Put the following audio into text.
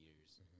years